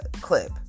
clip